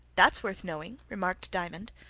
that's worth knowing, remarked diamond.